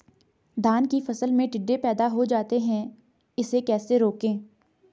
धान की फसल में टिड्डे पैदा हो जाते हैं इसे कैसे रोकें?